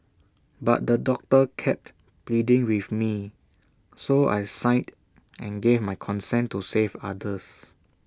but the doctor kept pleading with me so I signed and gave my consent to save others